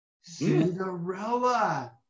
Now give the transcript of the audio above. Cinderella